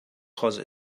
because